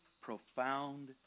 profound